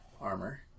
armor